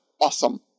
awesome